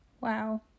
Wow